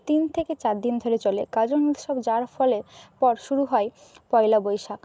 তিন থেকে চারদিন ধরে চলে গাজন উৎসব যাওয়ার ফলে পর শুরু হয় পয়লা বৈশাখ